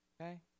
okay